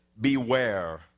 beware